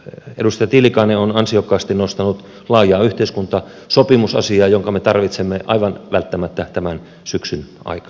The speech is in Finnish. edustaja tiilikainen on ansiokkaasti nostanut laajaa yhteiskuntasopimusasiaa jonka me tarvitsemme aivan välttämättä tulevan syksyn aikana